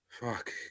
Fuck